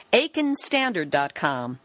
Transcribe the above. aikenstandard.com